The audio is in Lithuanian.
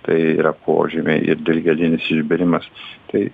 tai yra požymiai ir dilgėlinis išbėrimas tai